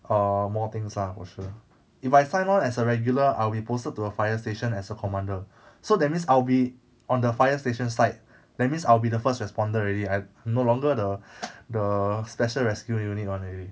err more things lah for sure if I sign on as a regular I will be posted to a fire station as a commander so that means I'll be on the fire station site that means I'll be the first responder already I no longer the the special rescue unit one already